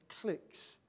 clicks